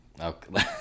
okay